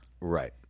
right